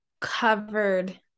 covered